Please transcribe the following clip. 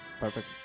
perfect